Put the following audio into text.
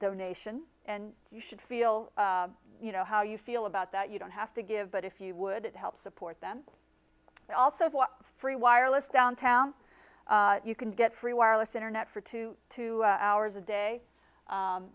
donation and you should feel you know how you feel about that you don't have to give but if you would it help support then also what free wireless downtown you can get free wireless internet for two two hours a day